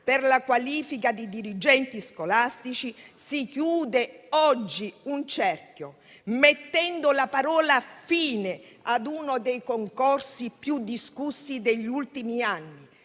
per la qualifica di dirigenti scolastici si chiude oggi un cerchio, mettendo la parola fine su uno dei concorsi più discussi degli ultimi anni,